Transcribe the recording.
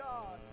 God